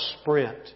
sprint